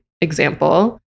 example